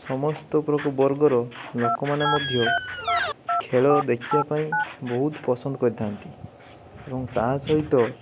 ସମସ୍ତ ବର୍ଗର ଲୋକମାନେ ମଧ୍ୟ ଖେଳ ଦେଖିବା ପାଇଁ ବହୁତ ପସନ୍ଦ କରିଥାନ୍ତି ଏବଂ ତା ସହିତ